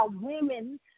women